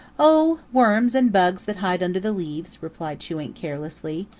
oh, worms and bugs that hide under the leaves, replied chewink carelessly.